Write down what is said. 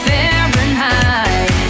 Fahrenheit